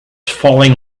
falling